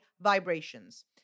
vibrations